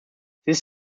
this